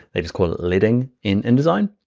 they just call it lidding in indesign,